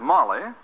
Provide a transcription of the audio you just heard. Molly